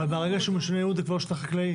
אבל ברגע שהוא משנה ייעוד זה כבר לא שטח חקלאי.